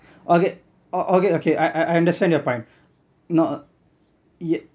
okay uh okay okay I I understand your point not yes